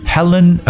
Helen